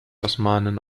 osmanen